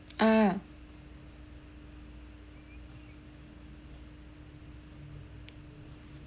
ah